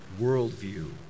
worldview